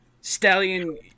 stallion